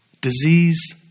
disease